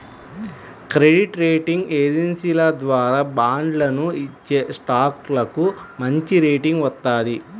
credit rating ఏజెన్సీల ద్వారా బాండ్లను ఇచ్చేస్టాక్లకు మంచిరేటింగ్ వత్తది